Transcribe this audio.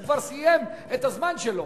הוא כבר סיים את הזמן שלו.